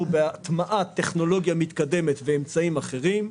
בהטמעת טכנולוגיה מתקדמת ואמצעים אחרים,